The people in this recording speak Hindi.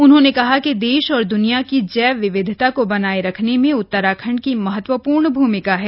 उन्होंने कहा कि देश और द्वनिया की जैव विविधता को बनाए रखने में उत्तराखंड की महत्वपूर्ण भूमिका है